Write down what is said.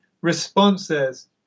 responses